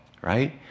right